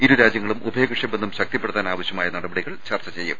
ഇരുരാജ്യങ്ങളും ഉഭയകക്ഷി ബന്ധം ശക്തിപ്പെ ടുത്താനാവശൃമായ നടപടികൾ ചർച്ച ചെയ്യും